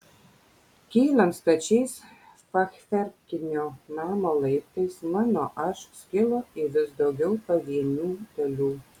kylant stačiais fachverkinio namo laiptais mano aš skilo į vis daugiau pavienių dalių